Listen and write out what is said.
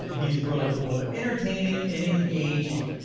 he's really cool, entertaining, and engaging,